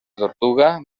tortuga